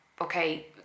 okay